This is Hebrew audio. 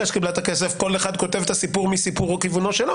שקיבלה את הכסף כל אחד כותב את הסיפור מכיוונו שלו